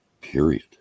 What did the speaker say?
Period